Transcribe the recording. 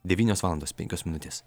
devynios valandos penkios minutės